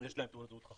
יש להם תעודות חכמות.